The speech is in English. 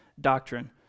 doctrine